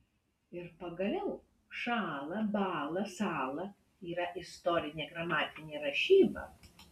ir pagaliau šąla bąla sąla yra istorinė gramatinė rašyba